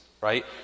right